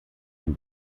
den